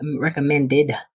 recommended